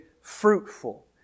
fruitful